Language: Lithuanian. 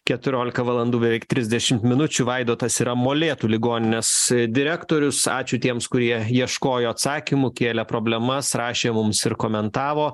keturiolika beveik trisdešimt minučių vaidotas yra molėtų ligoninės direktorius ačiū tiems kurie ieškojo atsakymų kėlė problemas rašė mums ir komentavo